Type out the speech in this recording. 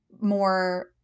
more